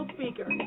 speaker